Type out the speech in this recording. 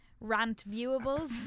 Rant-viewables